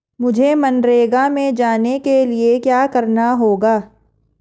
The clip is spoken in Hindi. मुझे मनरेगा में जाने के लिए क्या करना होगा?